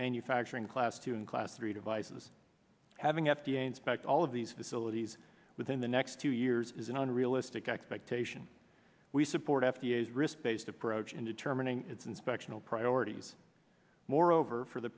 manufacturing class two in class three devices having f d a inspect all of these facilities within the next two years is an unrealistic expectation we support f d a as risk based approach in determining its inspection priorities moreover for the